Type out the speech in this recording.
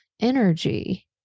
energy